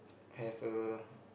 have a